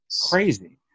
crazy